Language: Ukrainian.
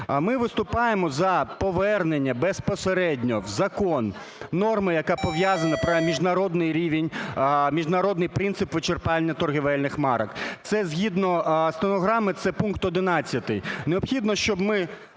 Ми виступаємо за повернення безпосередньо у закон норми, яка пов'язана про міжнародний рівень, міжнародний принцип вичерпання торговельних марок. Це згідно стенограми це пункт 11. Необхідно, щоб ми